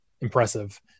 Impressive